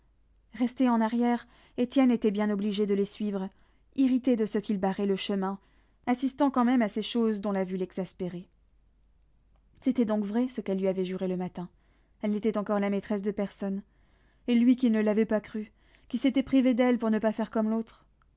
resté en arrière étienne était bien obligé de les suivre irrité de ce qu'ils barraient le chemin assistant quand même à ces choses dont la vue l'exaspérait c'était donc vrai ce qu'elle lui avait juré le matin elle n'était encore la maîtresse de personne et lui qui ne l'avait pas crue qui s'était privé d'elle pour ne pas faire comme l'autre